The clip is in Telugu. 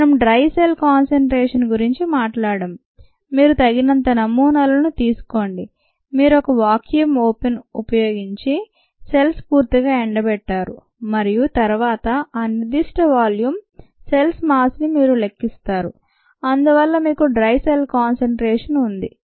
మనం డ్రై సెల్ కాన్సెన్ట్రేషన్ గురించి మాట్లాడాం మీరు తగినంత నమూనాలను తీసుకోండి మీరు ఒక వాక్యూం ఓవెన్ ఉపయోగించి సెల్స్ పూర్తిగా ఎండబెట్టారు మరియు తరువాత ఆ నిర్ధిష్ట వాల్యూం సెల్స్ మాస్ ని మీరు లెక్కిస్తారు అందువల్ల మీకు డ్రై సెల్ కాన్సెన్ట్రేషన్ ఉంది